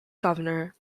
governor